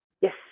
Yes